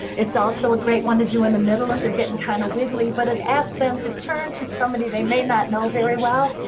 it's also a great one to do in the middle if they're getting kind of wiggly, but it asks them to turn to somebody they may not know very well,